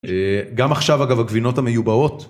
גם עכשיו, אגב, הגבינות המיובאות.